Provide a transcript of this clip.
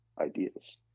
ideas